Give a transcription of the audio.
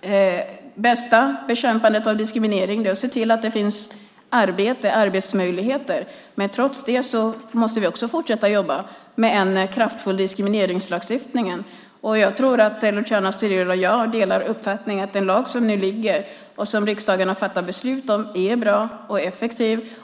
Det bästa sättet att bekämpa diskriminering är att se till att det finns arbetsmöjligheter, men trots det måste vi fortsätta att jobba med en kraftfull diskrimineringslagstiftning. Jag tror att Luciano Astudillo och jag delar uppfattningen att den lag som föreligger och som riksdagen har fattat beslut om är bra och effektiv.